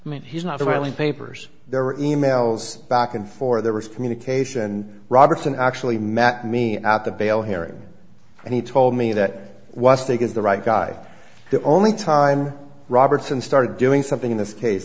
i mean he's not the only papers there were e mails back and for there was communication and robertson actually met me at the bail hearing and he told me that once they get the right guy the only time robertson started doing something in this case